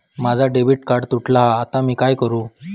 माझा debit card तुटला हा आता मी काय करू?